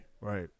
Right